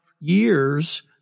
years